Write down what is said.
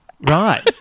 Right